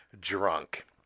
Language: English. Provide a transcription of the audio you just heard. drunk